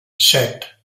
set